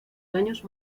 daños